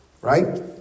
right